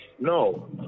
no